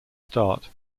start